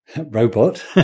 robot